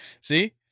See